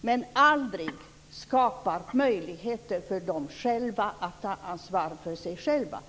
men att man aldrig skapar möjligheter för dem att ta ansvar för sig själva.